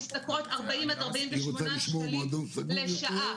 הן משתכרות 48-40 שקלים לשעה,